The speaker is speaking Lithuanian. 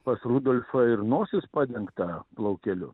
pas rudolfą ir nosis padengta plaukeliu